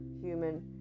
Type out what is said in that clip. human